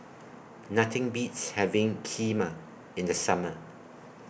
Nothing Beats having Kheema in The Summer